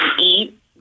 eat